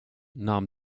nahm